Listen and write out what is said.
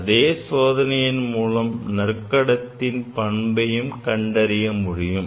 அதே சோதனையின் மூலம் நற்கடத்தியின் பண்பையும் கண்டறிய முடியும்